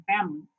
family